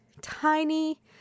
tiny